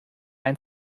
ein